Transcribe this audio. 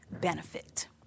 benefit